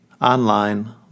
online